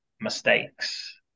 mistakes